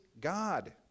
God